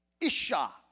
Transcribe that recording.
isha